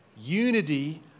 Unity